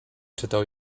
czytał